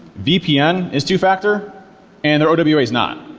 vpn is two factor and the owa you know is not.